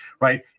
right